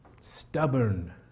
Stubborn